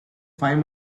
five